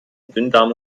dünndarm